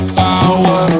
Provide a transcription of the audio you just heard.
power